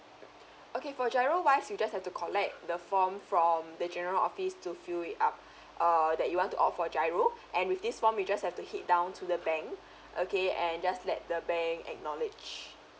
okay for G_I_R_O wise you just have to collect the form from the general office to fill it up err that you want to opt for G_I_R_O and with this form you just have to head down to the bank okay and just let the bank acknowledge